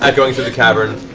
echoing through the cavern.